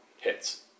hits